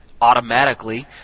automatically